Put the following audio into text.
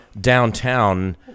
Downtown